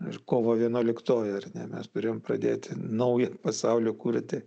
ir kovo vienuolikgoji ar ne mes turėjom pradėti naują pasaulį kurti